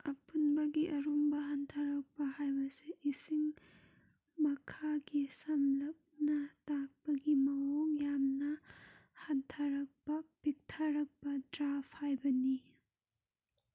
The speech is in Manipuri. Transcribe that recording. ꯑꯄꯨꯟꯕꯒꯤ ꯑꯔꯨꯝꯕ ꯍꯟꯊꯔꯛꯄ ꯍꯥꯏꯕꯁꯤ ꯏꯁꯤꯡ ꯃꯈꯥꯒꯤ ꯁꯝꯂꯞꯅ ꯇꯥꯛꯄꯒꯤ ꯃꯑꯣꯡ ꯌꯥꯝꯅ ꯍꯟꯊꯔꯛꯄ ꯄꯤꯛꯊꯔꯛꯄ ꯗ꯭ꯔꯥꯐ ꯍꯥꯏꯕꯅꯤ